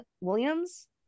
Williams